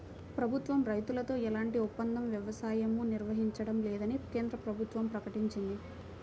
ప్రభుత్వం రైతులతో ఎలాంటి ఒప్పంద వ్యవసాయమూ నిర్వహించడం లేదని కేంద్ర ప్రభుత్వం ప్రకటించింది